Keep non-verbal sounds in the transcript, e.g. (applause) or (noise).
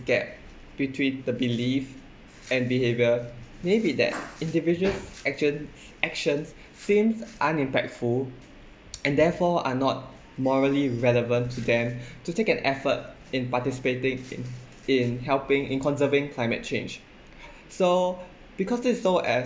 gap between the belief and behaviour maybe that individual action actions seems un-impact full (noise) and therefore are not morally relevant to them to take an effort in participating in in helping in conserving climate change so because this is so as